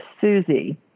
Susie